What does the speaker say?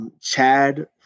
Chad